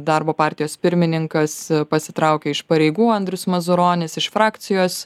darbo partijos pirmininkas pasitraukia iš pareigų andrius mazuronis iš frakcijos